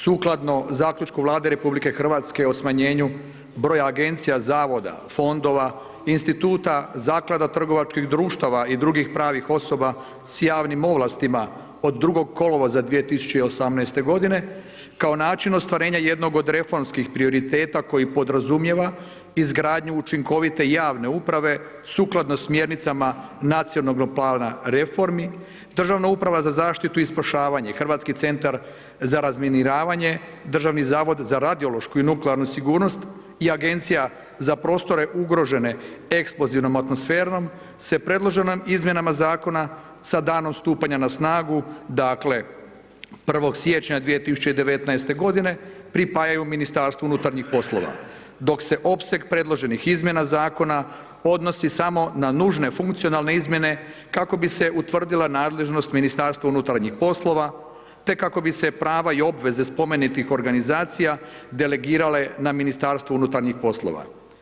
Sukladno zaključku Vlade Republike Hrvatske o smanjenju broja Agencija, Zavoda, Fondova, Instituta, Zaklada, trgovačkih društava i drugih pravnih osoba s javnim ovlastima, od 02. kolovoza 2018. godine, kao način ostvarenja jednog od reformskih prioriteta koji podrazumijeva izgradnju učinkovite javne uprave, sukladno smjernicama Nacionalnog plana reformi, Državna uprava za zaštitu i spašavanje, Hrvatski centar za razminiravanje, Državni zavod za radiološku i nuklearnu sigurnost i Agencija za prostore ugrožene eksplozivnom atmosferom, se predloženom izmjenama Zakona sa danom stupanja na snagu, dakle, 01. siječnja 2019. godine, pripajaju Ministarstvu unutarnjih poslova, dok se opseg predloženih izmjena Zakona odnosi samo na nužne funkcionalne izmjene kako bi se utvrdila nadležnost Ministarstva unutarnjih poslova, te kako bi se prava i obveze spomenutih organizacija delegirale na Ministarstvo unutarnjih poslova.